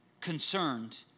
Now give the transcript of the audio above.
concerned